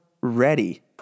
ready